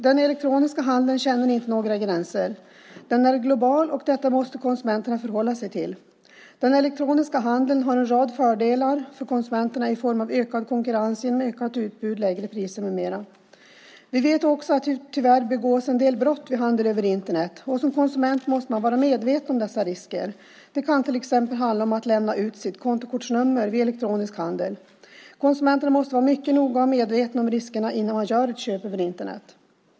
Den elektroniska handeln känner inte några gränser. Den är global, och detta måste konsumenterna förhålla sig till. Den elektroniska handeln har en rad fördelar för konsumenterna i form av ökad konkurrens genom ökat utbud, lägre priser med mera. Vi vet också att det tyvärr begås en hel del brott vid handel över Internet. Som konsument måste man vara medveten om dessa risker. Det kan till exempel handla om att lämna ut sitt kontokortsnummer vid elektronisk handel. Konsumenten måste vara mycket noggrann och medveten om riskerna vid köp över Internet.